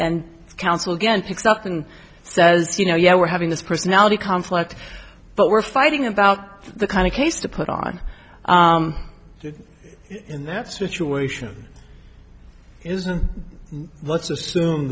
and counsel again picks up and says you know yeah we're having this personality conflict but we're fighting about the kind of case to put on in that situation is and let's assume